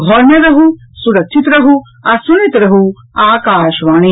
घर मे रहू सुरक्षित रहू आ सुनैत रहू आकाशवाणी